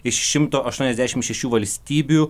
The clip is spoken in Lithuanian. iš šimto aštuoniasdešimt šešių valstybių